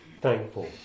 thankful